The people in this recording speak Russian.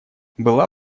была